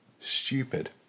Stupid